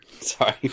Sorry